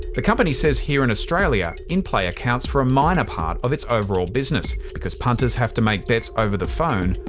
the company says here in australia, in-play accounts for a minor part of its overall business because punters have to make bets over the phone,